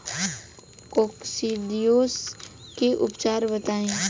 Coccidiosis के उपचार बताई?